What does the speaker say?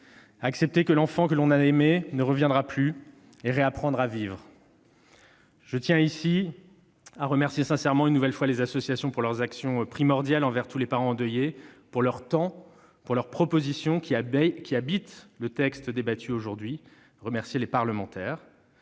accepter que l'enfant que l'on a aimé ne reviendra plus et réapprendre à vivre ». Je tiens à remercier sincèrement, une nouvelle fois, les associations de leurs actions primordiales en faveur de tous les parents endeuillés, de leur temps et de leurs propositions, qui inspirent le texte débattu aujourd'hui. Je veux aussi remercier les parlementaires